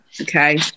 okay